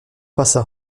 passa